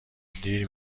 دیر